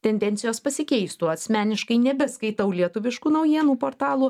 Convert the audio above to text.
tendencijos pasikeistų asmeniškai nebeskaitau lietuviškų naujienų portalų